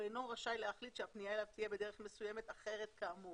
הוא אינו רשאי להחליט שהפנייה אליו תהיה בדרך מסוימת אחרת כאמור",